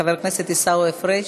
חבר הכנסת עיסאווי פריג'